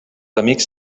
amics